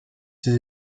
ses